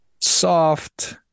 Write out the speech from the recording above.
soft